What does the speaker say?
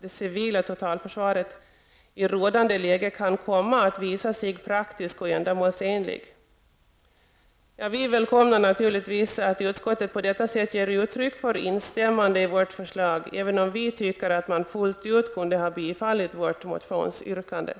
det civila totalförsvaret, i rådande läge kan komma att visa sig praktisk och ändamålsenlig. Vi välkomnar naturligtvis att utskottet på detta sätt ger uttryck för instämmande i vårt förslag, även om vi tycker att man fullt ut kunde ha tillstyrkt vårt motionsyrkande.